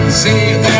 See